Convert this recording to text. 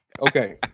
Okay